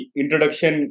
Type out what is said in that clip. introduction